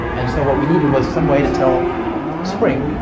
and so what we needed was some way to tell spring,